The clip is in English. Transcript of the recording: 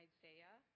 Isaiah